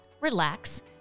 relax